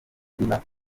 riba